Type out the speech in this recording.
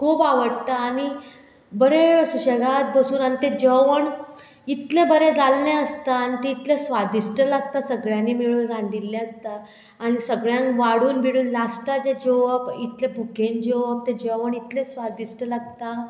खूब आवडटा आनी बरें सुशेगाद बसून आनी तें जेवण इतलें बरें जाल्लें आसता आनी तें इतलें स्वादिश्ट लागता सगळ्यांनी मेळून रांदिल्लें आसता आनी सगळ्यांक वाडून बिडून लास्टा जें जेवप इतलें भुकेन जेवप तें जेवण इतलें स्वादिश्ट लागता